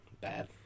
bad